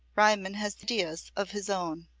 riemann has ideas of his own,